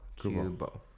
cubo